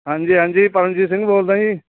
ਹਾਂਜੀ ਹਾਂਜੀ ਪਰਮਜੀਤ ਸਿੰਘ ਬੋਲਦਾ ਜੀ